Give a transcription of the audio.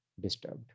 disturbed